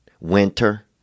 Winter